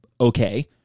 okay